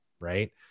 Right